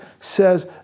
says